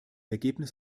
ergebnis